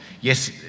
yes